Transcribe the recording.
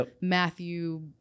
Matthew